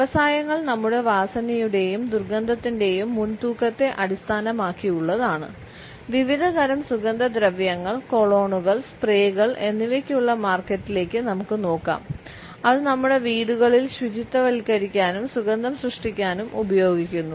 വ്യവസായങ്ങൾ നമ്മുടെ വാസനയുടെയും ദുർഗന്ധത്തിന്റെയും മുൻതൂക്കത്തെ അടിസ്ഥാനമാക്കിയുള്ളതാണ് വിവിധതരം സുഗന്ധദ്രവ്യങ്ങൾ കൊളോണുകൾ സ്പ്രേകൾ എന്നിവയ്ക്കുള്ള മാർക്കറ്റിലേക്ക് നമുക്ക് നോക്കാം അത് നമ്മുടെ വീടുകളിൽ ശുചിത്വവൽക്കരിക്കാനും സുഗന്ധം സൃഷ്ടിക്കാനും ഉപയോഗിക്കുന്നു